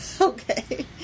Okay